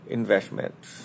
investments